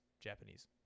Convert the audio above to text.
Japanese